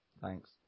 Thanks